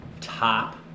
top